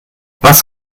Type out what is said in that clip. was